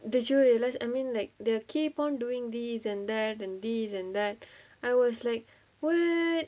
did you realise I mean like they keep on doing this and that and this and that and I'm like what